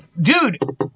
dude